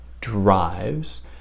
drives